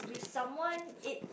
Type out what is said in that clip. someone it